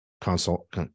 consult